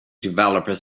developers